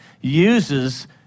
uses